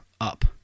up